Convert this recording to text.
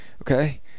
okay